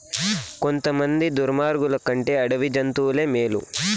కొంతమంది దుర్మార్గులు కంటే అడవి జంతువులే మేలు